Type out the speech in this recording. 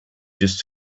just